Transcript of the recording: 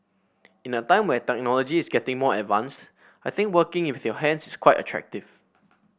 in a time where technology is getting more advanced I think working with your hands is quite attractive